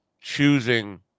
choosing